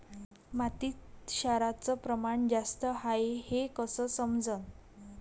मातीत क्षाराचं प्रमान जास्त हाये हे कस समजन?